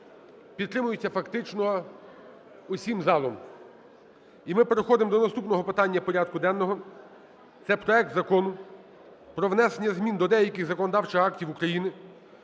підтримуються фактично всім залом. І ми переходимо до наступного питання порядку питання денного. Це проект Закону про внесення змін до деяких законодавчих актів України